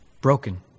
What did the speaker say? broken